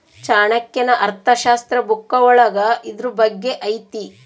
ಚಾಣಕ್ಯನ ಅರ್ಥಶಾಸ್ತ್ರ ಬುಕ್ಕ ಒಳಗ ಇದ್ರೂ ಬಗ್ಗೆ ಐತಿ